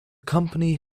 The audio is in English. company